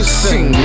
sing